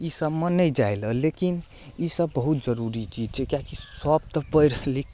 इसबमे नहि जायला लेकिन इसब बहुत जरुरी चीज छै किएकि सब तऽ पैढ़ लिख कऽ